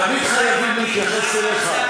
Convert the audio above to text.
תמיד חייבים להתייחס אליך?